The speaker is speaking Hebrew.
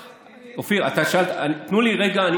אופיר, תנו לי רגע.